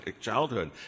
childhood